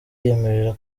yiyemerera